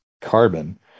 carbon